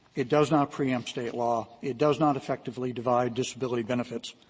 it does not preempt state law. it does not effectively divide disability benefits.